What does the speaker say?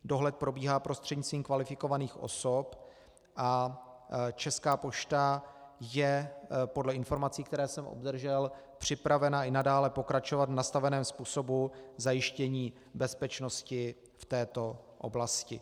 Dohled probíhá prostřednictvím kvalifikovaných osob a Česká pošta je podle informací, které jsem obdržel, připravena i nadále pokračovat v nastaveném způsobu zajištění bezpečnosti v této oblasti.